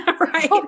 right